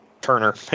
Turner